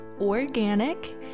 organic